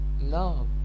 love